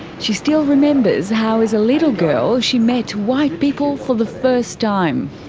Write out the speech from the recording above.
she still remembers how as a little girl she met white people for the first time.